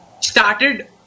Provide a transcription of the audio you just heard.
started